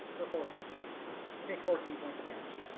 perform image you take fourteen points of damage.